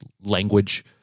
language